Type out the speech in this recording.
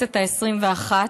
הכנסת העשרים-ואחת.